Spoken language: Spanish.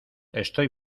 estoy